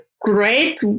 great